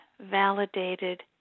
validated